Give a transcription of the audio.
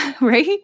Right